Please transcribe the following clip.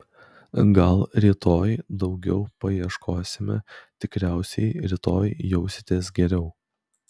gal rytoj daugiau paieškosime tikriausiai rytoj jausitės geriau